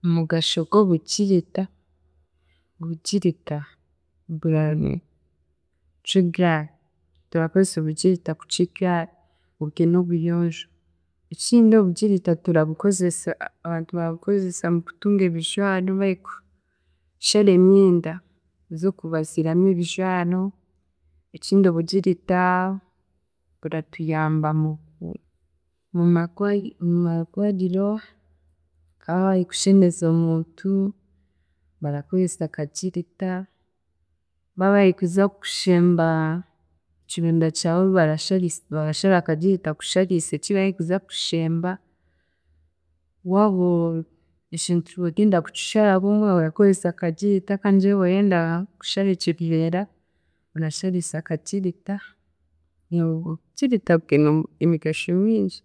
Omugasho gw'obugirita, obugirita buracwa ebyara, turakozesa obugirita kucwa ebyara obwe n'obuyonjo. Enkindi obugirita turabukozesa abantu barabukozesa mukutunga ebijwaro barikushara emyenda z'okubaziiramu ebijwaro, ekindi obugiritta buratuyamba mu magwoyi mumagwariro nka ba barikushemeza omuntu barakozesa akagirita, babari kuza kushemba ekironda kyawe barashariisa barashaba akagirita kushariisa ekibarikuza kishemba, waaba ekintu orenda kukisharamu orakozesa akagirita kangire waarenda kushara ekiveera orashariisa akagirita, obugirita bwine omu- emigasho mingi.